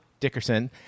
Dickerson